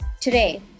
Today